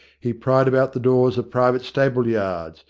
he pried about the doors of private stable-yards,